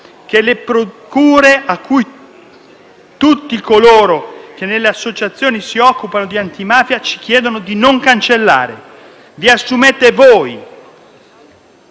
che le procure e tutti coloro che nelle associazioni si occupano di antimafia ci chiedono di non cancellare. Vi assumete voi,